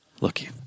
Lucky